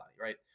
right